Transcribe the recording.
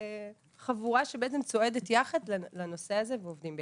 חבורה שבעצם צועדת יחד לנושא הזה ועובדים ביחד.